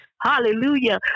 Hallelujah